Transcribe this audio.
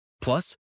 Plus